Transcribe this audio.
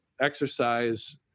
exercise